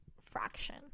fraction